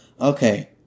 okay